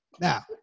Now